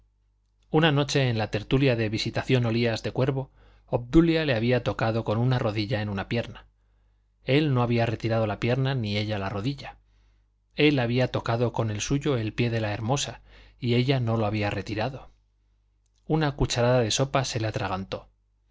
una noche en la tertulia de visitación olías de cuervo obdulia le había tocado con una rodilla en una pierna él no había retirado la pierna ni ella la rodilla él había tocado con el suyo el pie de la hermosa y ella no lo había retirado una cucharada de sopa se le atragantó